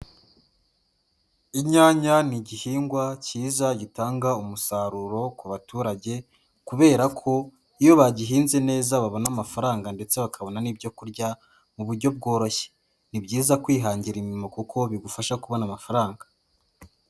Inyanya ni igihingwa cyiza gitanga umusaruro ku baturage kubera ko iyo bagihinze neza babona amafaranga ndetse bakabona n'ibyo ku kurya mu buryo bworoshye. Ni byiza kwihangira imirimo kuko bigufasha kubona amafaranga.